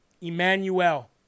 Emmanuel